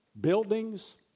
buildings